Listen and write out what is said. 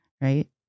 right